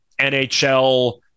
NHL